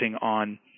on